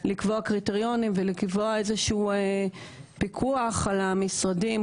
לקבוע קריטריונים ולקבוע איזשהו פיקוח על המשרדים,